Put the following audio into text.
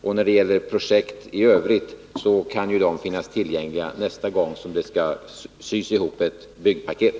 Beträffande övriga projekt vill jag säga att de ju kan finnas tillgängliga nästa gång som det skall sys ihop ett byggpaket.